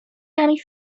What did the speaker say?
کمی